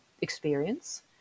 experience